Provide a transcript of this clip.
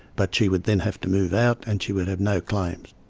but she would then have to move out and she would have no claims.